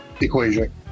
equation